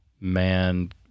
man